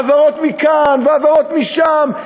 העברות מכאן והעברות משם.